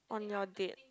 on your date